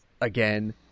again